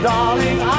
Darling